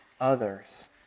others